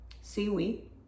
seaweed